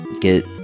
get